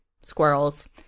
squirrels